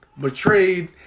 Betrayed